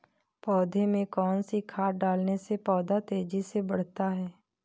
पौधे में कौन सी खाद डालने से पौधा तेजी से बढ़ता है?